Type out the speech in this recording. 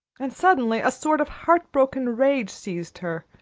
and suddenly a sort of heartbroken rage seized her.